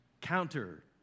counter